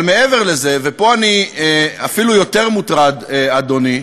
אבל מעבר לזה, ופה אני אפילו יותר מוטרד, אדוני,